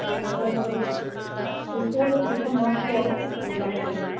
हिकु सर्फ हिकु हिकु मोकिलियो